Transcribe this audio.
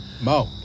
Mo